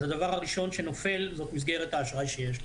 אז הדבר הראשון שנופל זאת מסגרת האשראי שיש לך.